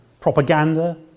propaganda